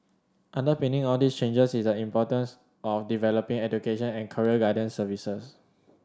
underpinning all these changes is the importance of developing education and career guidance services